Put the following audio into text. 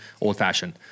old-fashioned